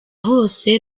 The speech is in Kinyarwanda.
hose